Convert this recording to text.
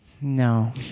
No